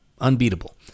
unbeatable